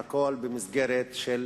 הכול במסגרת של